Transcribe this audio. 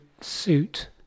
suit